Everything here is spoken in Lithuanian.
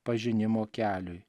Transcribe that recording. pažinimo keliui